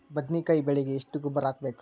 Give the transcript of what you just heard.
ಬದ್ನಿಕಾಯಿ ಬೆಳಿಗೆ ಎಷ್ಟ ಗೊಬ್ಬರ ಹಾಕ್ಬೇಕು?